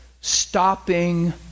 stopping